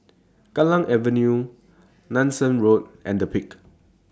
Kallang Avenue Nanson Road and The Peak